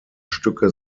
stücke